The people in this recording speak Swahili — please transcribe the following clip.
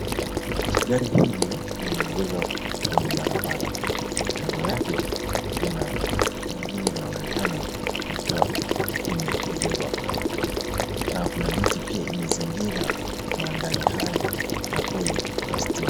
Gari hili limeegezwa kwenye barabara. Kando yake kuna lingine linaonekana likiwa limeegezwa na kuna miti pia imezingira mandhari hayo na poli za stima.